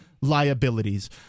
liabilities